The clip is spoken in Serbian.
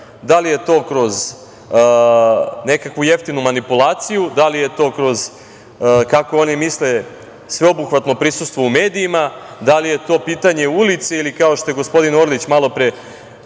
Da li je to kroz nekakvu jeftinu manipulaciju, da li je to kroz, kako oni misle, sveobuhvatno prisustvo u medijima, da li je to pitanje ulice ili kao što je gospodin Orlić malopre